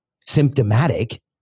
symptomatic